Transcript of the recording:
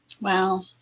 Wow